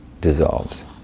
Dissolves